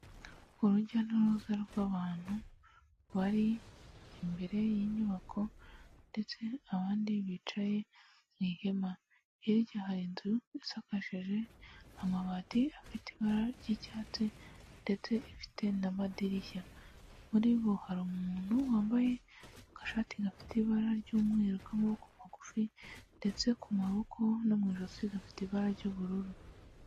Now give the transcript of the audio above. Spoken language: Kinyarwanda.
Urujya n'uruza rw'abantu bari imbere y'inyubako, ndetse abandi bicaye mu ihema. Hirya hari inzu isakajije amabati afite ibara ry'icyatsi, ndetse ifite n'amadirishya. Muri bo hari umuntu wambaye agashati gafite ibara ry'umweru k'amaboko magufi, ndetse ku maboko no mu ijosi gafite ibara ry'ubururu.